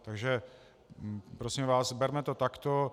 Takže prosím vás, berme to takto.